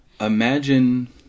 imagine